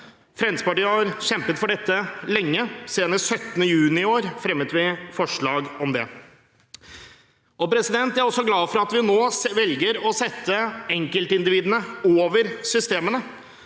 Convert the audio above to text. Fremskrittspartiet har kjempet for dette lenge. Senest 17. juni i år fremmet vi forslag om det. Jeg er også glad for at vi nå velger å sette enkeltindividene over systemene.